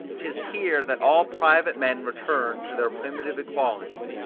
tis here that all private men return to their primitive equality,